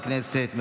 חברת הכנסת שטרית.